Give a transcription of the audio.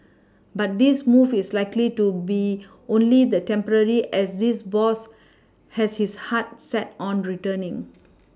but this move is likely to be only the temporary as this boss has his heart set on returning